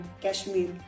Kashmir